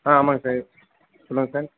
ஆ ஆமாம்ங்க சார் சொல்லுங்கள் சார்